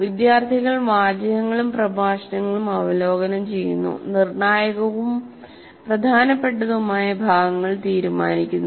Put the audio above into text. വിദ്യാർത്ഥികൾ വാചകങ്ങളും പ്രഭാഷണങ്ങളും അവലോകനം ചെയ്യുന്നു നിർണ്ണായകവും പ്രധാനപ്പെട്ടതുമായ ഭാഗങ്ങൾ തീരുമാനിക്കുന്നു